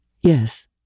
Yes